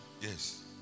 Yes